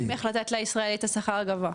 לישראלי את השכר הגבוה.